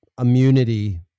immunity